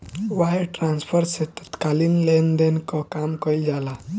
wire transfer से तात्कालिक लेनदेन कअ काम कईल जाला